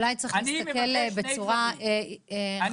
אולי צריך להסתכל בצורה חכמה